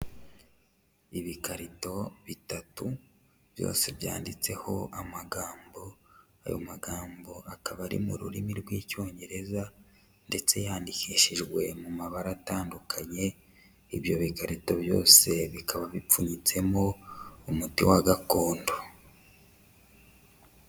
Ibikarito bitatu byose byanditseho amagambo, ayo magambo akaba ari mu rurimi rw'Icyongereza ndetse yandikishijwe mu mabara atandukanye. Ibyo bikarito byose bikaba bipfunyitsemo umuti wa gakondo.